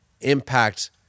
impact